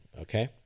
okay